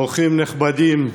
אורחים נכבדים,